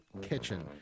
kitchen